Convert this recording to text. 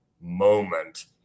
moment